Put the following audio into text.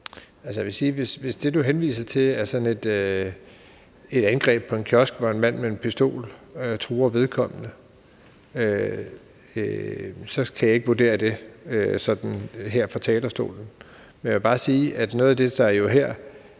hvis det, du henviser til, er sådan et angreb på en kiosk, hvor en mand med en pistol truer vedkommende, så kan jeg ikke vurdere det her fra talerstolen. Men jeg vil bare sige, at noget af det, der her er